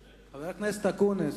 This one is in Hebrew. חבר הכנסת אקוניס.